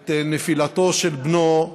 את נפילתו של בנו,